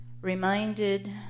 reminded